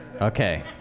okay